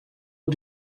oer